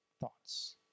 thoughts